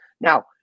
now